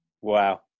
wow